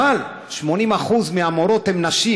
אבל 80% מהמורות הן נשים.